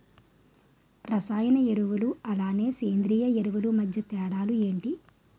రసాయన ఎరువులు అలానే సేంద్రీయ ఎరువులు మధ్య తేడాలు ఏంటి?